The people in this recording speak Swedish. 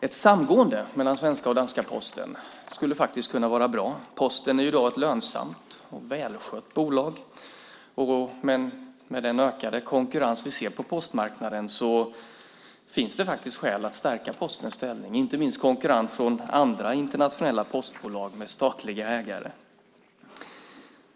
Ett samgående mellan den svenska och den danska Posten skulle faktiskt kunna vara bra. Posten är i dag ett lönsamt och välskött bolag. Med den ökade konkurrens vi ser på postmarknaden finns det faktiskt skäl att stärka Postens ställning. Det gäller inte minst konkurrensen från andra internationella postbolag med statliga ägare.